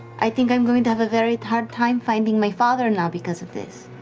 i think i'm going to have a very hard time finding my father now because of this.